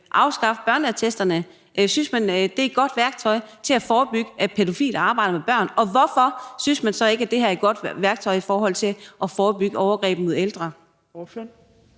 afskaffe børneattesterne? Synes man, de er et godt værktøj til at forebygge, at pædofile arbejder med børn? Hvorfor synes man så ikke, at det her er et godt værktøj i forhold til at forebygge overgreb mod ældre?